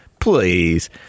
Please